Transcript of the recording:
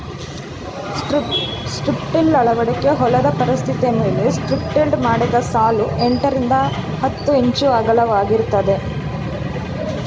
strip till ಅಳವಡಿಕೆ ಹೊಲದ ಪರಿಸ್ಥಿತಿಮೇಲೆ ಸ್ಟ್ರಿಪ್ಟಿಲ್ಡ್ ಮಾಡಿದ ಸಾಲು ಎಂಟರಿಂದ ಹತ್ತು ಇಂಚು ಅಗಲವಾಗಿರ್ತದೆ